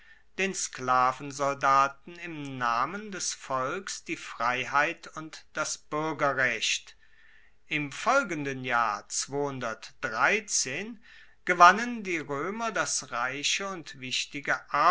den sklavensoldaten im namen des volks die freiheit und das buergerrecht im folgenden jahr gewannen die roemer das reiche und wichtige